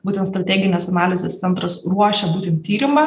būtent strateginės analizės centras ruošia būtent tyrimą